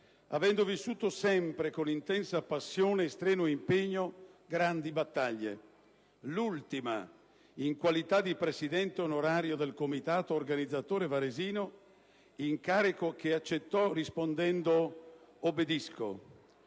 avendo vissuto sempre, con intensa passione e strenuo impegno, grandi battaglie; l'ultima, in qualità di presidente onorario del comitato organizzatore varesino - incarico che accettò rispondendo "obbedisco"